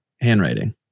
handwriting